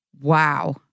wow